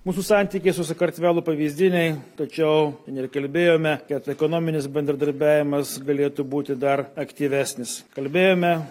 mūsų santykiai su sakartvelu pavyzdiniai tačiau ir kalbėjome kad ekonominis bendradarbiavimas galėtų būti dar aktyvesnis kalbėjome